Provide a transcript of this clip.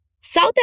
South